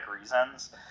reasons